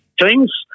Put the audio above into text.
teams